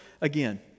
again